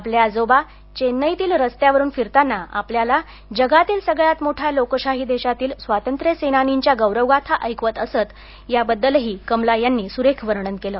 आपले आजोबा चेन्नईतील रस्त्यावरुन फिरताना आपल्याला जगातील सगळ्यात मोठ्या लोकशाही देशांतील स्वातंत्र्यसेनानींच्या गौरवगाथा ऐकवत असंत याबद्दलही कमला यांनी सुरेख वर्णन केलं